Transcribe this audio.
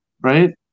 Right